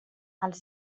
els